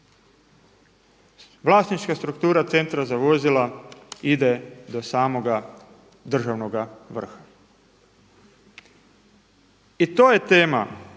Vlasnička struktura Centra za vozila ide do samoga državnoga vrha. I to je tema